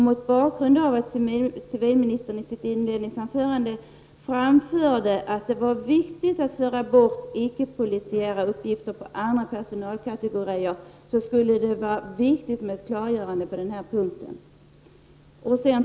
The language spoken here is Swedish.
Mot bakgrund av att civilministern i sitt inledningsanförande framförde att det var viktigt att föra över icke polisiära uppgifter på andra personalkategorier, skulle det vara viktigt med ett klargörande på den här punkten.